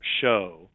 show